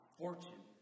fortune